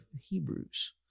Hebrews